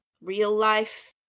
real-life